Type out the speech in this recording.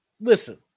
Listen